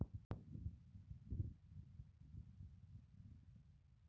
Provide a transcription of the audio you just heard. संपत्ती कराला निव्वळ संपत्ती कर का म्हणतात?